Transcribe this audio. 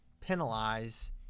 penalize